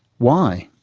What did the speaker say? why?